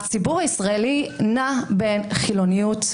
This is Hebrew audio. הציבור הישראלי נע בין חילוניות,